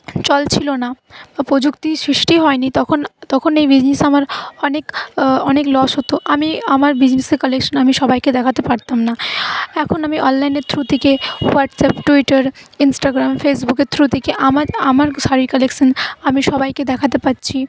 চল ছিল না বা প্রযুক্তির সৃষ্টি হইনি তখন তখন এই বিজনেস আমার অনেক অনেক লস হত আমি আমার বিজনেসের কালেকশন আমি সবাইকে দেখাতে পারতাম না এখন আমি অনলাইনের থ্রু থেকে হোয়াটস্যাপ টুইটার ইনস্টাগ্রাম ফেসবুকের থ্রু থেকে আমার আমার শাড়ির কালেকশন আমি সবাইকে দেখাতে পাচ্ছি